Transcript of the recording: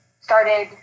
started